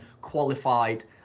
qualified